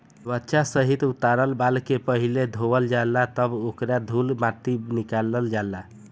त्वचा सहित उतारल बाल के पहिले धोवल जाला तब ओकर धूल माटी निकालल जाला